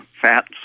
fats